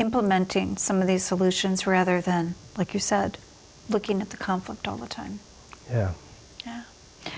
implementing some of these solutions rather than like you said looking at the conflict all the time